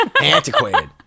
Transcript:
Antiquated